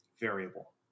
variable